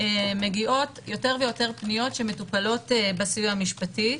מגיעות יותר ויותר פניות, שמטופלות בסיוע המשפטי.